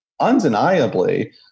undeniably